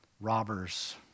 robbers